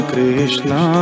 Krishna